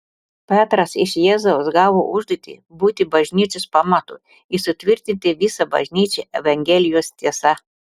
petras iš jėzaus gavo užduotį būti bažnyčios pamatu ir sutvirtinti visą bažnyčią evangelijos tiesa